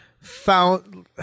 found